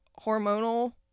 hormonal